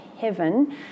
heaven